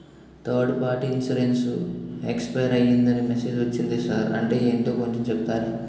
Third party insurance expire అయ్యిందని message ఒచ్చింది sir అంటే ఏంటో కొంచె చెప్తారా?